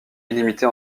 illimitée